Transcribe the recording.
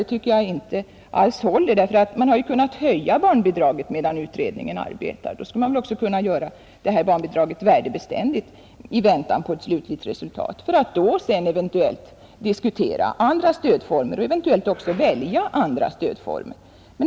Det tycker jag emellertid inte håller, eftersom vi har kunnat höja barnbidraget medan utredningen arbetar. Då skall vi väl också kunna göra barnbidraget värdebeständigt i avvaktan på utredningens betänkande, för att sedan diskutera och eventuellt välja andra stödformer.